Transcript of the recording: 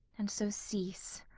and so cease.